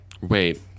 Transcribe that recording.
Wait